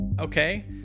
Okay